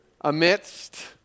amidst